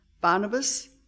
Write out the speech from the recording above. Barnabas